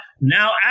now